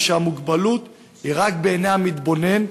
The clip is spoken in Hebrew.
ושהמוגבלות היא רק בעיני המתבונן,